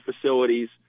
facilities